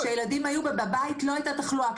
-- כשהילדים היו בו בבית, לא הייתה תחלואה.